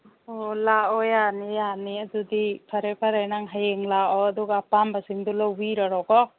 ꯑꯣ ꯂꯥꯛꯑꯣ ꯌꯥꯅꯤ ꯌꯥꯅꯤ ꯑꯗꯨꯗꯤ ꯐꯔꯦ ꯐꯔꯦ ꯅꯪ ꯍꯌꯦꯡ ꯂꯥꯛꯑꯣ ꯑꯗꯨꯒ ꯑꯄꯥꯝꯕꯁꯤꯡꯗꯣ ꯂꯧꯕꯤꯔꯔꯣꯀꯣ